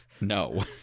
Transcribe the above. no